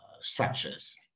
structures